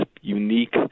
unique